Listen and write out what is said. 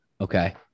Okay